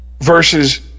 versus